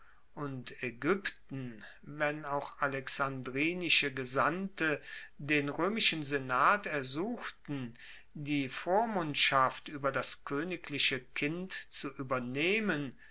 und aegypten wenn auch alexandrinische gesandte den roemischen senat ersuchten die vormundschaft ueber das koenigliche kind zu uebernehmen